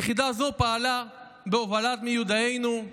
יחידה זו פעלה בהובלת מיודענו,